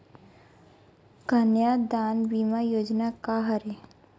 कन्यादान बीमा योजना का हरय?